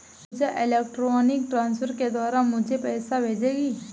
पूजा electronic transfer के द्वारा मुझें पैसा भेजेगी